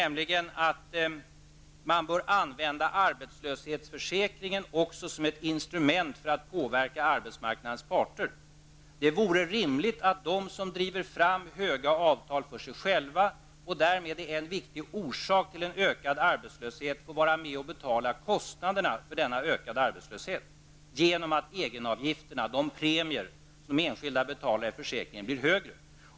Man bör alltså använda arbetslöshetsförsäkringen också som ett instrument för att påverka arbetsmarknadens parter. Det vore rimligt att de som driver fram höga avtal för sig själva och därmed är en viktig orsak till ökad arbetslöshet får vara med och betala för denna genom att egenavgifterna, de försäkringspremier som enskilda betalar, blir högre.